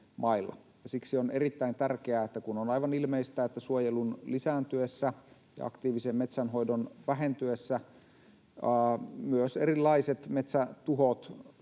kuin yksityisillä mailla. Kun on aivan ilmeistä, että suojelun lisääntyessä ja aktiivisen metsänhoidon vähentyessä myös erilaiset metsätuhot